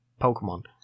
Pokemon